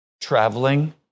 traveling